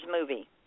movie